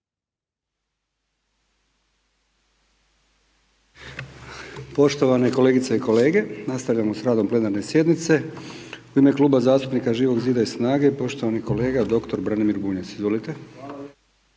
Poštovane kolegice i kolege, nastavljamo sa radom plenarne sjednice. U ime Kluba zastupnika Živog zida i SNAGA-e poštovani kolega dr. Branimir Bunjac. Izvolite.